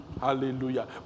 Hallelujah